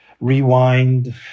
rewind